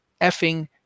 effing